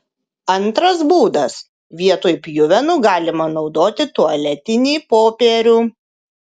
antras būdas vietoj pjuvenų galima naudoti tualetinį popierių